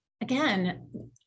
again